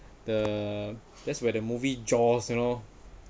the that's where the movie jaws you know